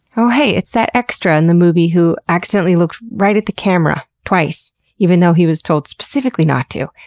oh heey, it's that extra in the movie who accidentally looked right at the camera twice even though he was told specifically not to,